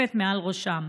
מרחפת מעל ראשן.